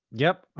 yep.